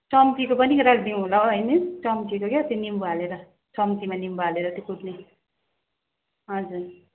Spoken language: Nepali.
चम्चीको पनि राखिदिउँ होला हौ है मिस क्या हौ त्यो निम्बु हालेर चम्चीमा निम्बु हालेर त्यो कुद्ने हजुर